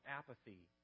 apathy